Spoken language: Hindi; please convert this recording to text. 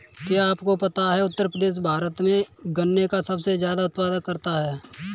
क्या आपको पता है उत्तर प्रदेश भारत में गन्ने का सबसे ज़्यादा उत्पादन करता है?